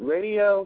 Radio